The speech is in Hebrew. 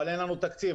אבל "אין לנו תקציב,